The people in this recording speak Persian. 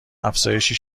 افزایشی